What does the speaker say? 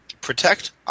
Protect